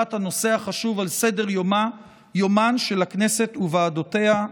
הנושא החשוב על סדר-יומן של הכנסת וועדותיה.